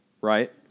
right